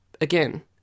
again